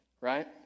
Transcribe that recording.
Right